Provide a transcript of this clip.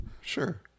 Sure